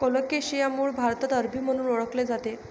colocasia मूळ भारतात अरबी म्हणून ओळखले जाते